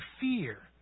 fear